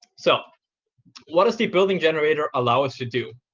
so what does the building generator allow us to do?